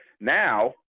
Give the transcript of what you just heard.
Now